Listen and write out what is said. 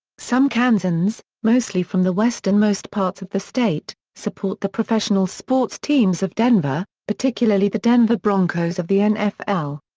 some kansans, mostly from the westernmost parts of the state, support the professional sports teams of denver, particularly the denver broncos of the nfl.